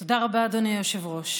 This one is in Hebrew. היושב-ראש.